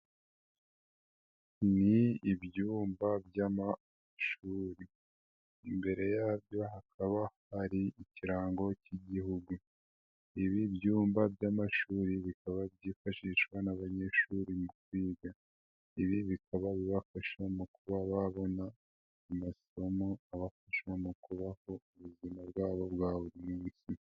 Ni ibyumba by'amashuri, imbere yabyo hakaba hari ikirango cy'Igihugu, ibi byumba by'amashuri bikaba byifashishwa n'abanyeshuri mu kwiga, ibi bikaba bibafasha mu kuba babona amasomo abafasha mu kubaho ubuzima bwabo bwa buri munsi.